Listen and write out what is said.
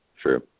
Sure